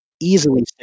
Easily